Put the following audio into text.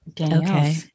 Okay